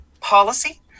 policy